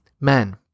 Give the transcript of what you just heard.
men